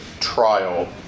trial